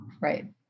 Right